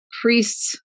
priests